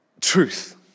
truth